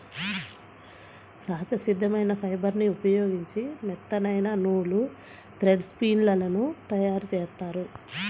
సహజ సిద్ధమైన ఫైబర్ని ఉపయోగించి మెత్తనైన నూలు, థ్రెడ్ స్పిన్ లను తయ్యారుజేత్తారు